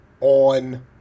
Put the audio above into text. on